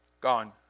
gone